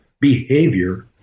behavior